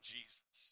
Jesus